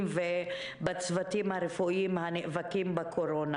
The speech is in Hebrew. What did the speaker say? ולגבי הצוותים הרפואיים הנאבקים בקורונה.